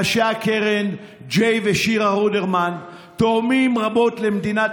ראשי הקרן ג'יי ושירה רודרמן תורמים רבות למדינת